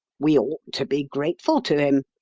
we ought to be grateful to him,